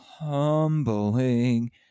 humbling